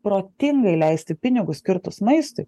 protingai leisti pinigus skirtus maistui